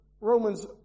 Romans